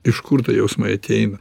iš kur tie jausmai ateina